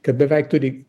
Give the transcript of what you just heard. kad beveik turi